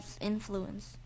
influence